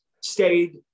stayed